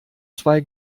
zwei